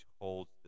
holds